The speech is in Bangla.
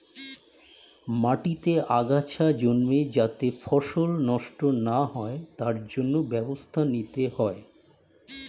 মাটিতে আগাছা জন্মে যাতে ফসল নষ্ট না হয় তার জন্য ব্যবস্থা নিতে হয়